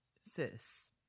sis